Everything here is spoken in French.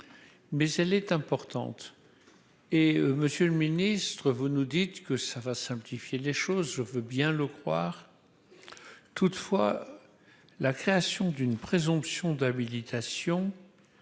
mais elle est importante et monsieur le Ministre, vous nous dites que ça va simplifier les choses, je veux bien le croire toutefois la création d'une présomption d'habilitation